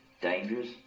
dangerous